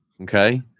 Okay